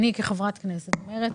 אני כחברת כנסת אומרת,